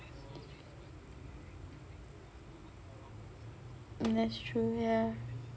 mm that's true ya